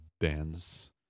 dance